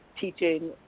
teaching